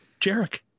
Jarek